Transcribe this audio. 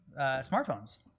smartphones